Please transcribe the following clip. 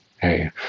Hey